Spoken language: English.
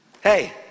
Hey